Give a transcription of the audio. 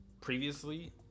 Previously